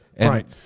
right